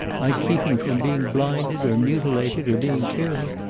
i'd keep him from being blinded, or mutilated, or being killed.